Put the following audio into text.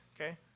okay